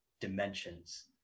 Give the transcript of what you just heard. dimensions